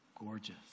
gorgeous